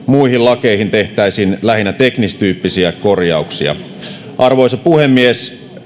lakeihin tehtäisiin lähinnä teknistyyppisiä korjauksia arvoisa puhemies rikollisuus ei katso rajoja eikä